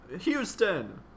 Houston